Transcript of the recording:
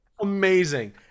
Amazing